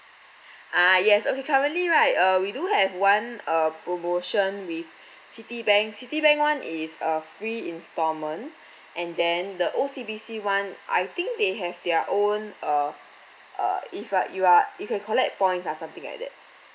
ah yes okay currently right uh we do have one uh promotion with Citibank Citibank [one] is uh free instalment and then the O_C_B_C [one] I think they have their own uh uh if you are you are you can collect points ah something like that